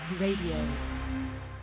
Radio